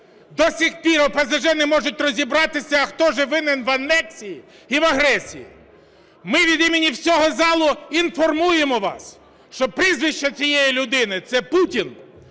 до сих пір ОПЗЖ не можуть розібратися, хто ж винен в анексії і в агресії. Ми від імені всього залу інформуємо вас, що прізвище цієї людини – це Путін.